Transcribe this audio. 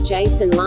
Jason